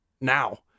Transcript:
now